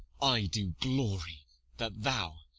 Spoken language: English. i do glory that thou,